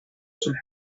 sul